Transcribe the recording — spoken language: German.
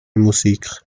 musik